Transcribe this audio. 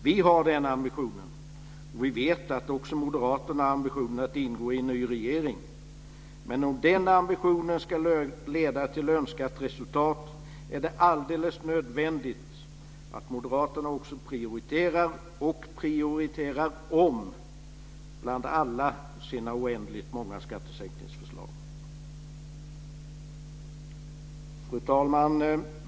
Vi har den ambitionen och vi vet att också Moderaterna har ambitionen att ingå i en ny regering. Men för att den ambitionen ska leda till önskat resultat är det alldeles nödvändigt att Moderaterna också både prioriterar och prioriterar om bland alla sina oändligt många skattesänkningsförslag. Fru talman!